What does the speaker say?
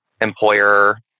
employer